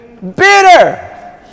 Bitter